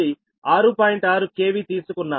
6 KV తీసుకున్నాము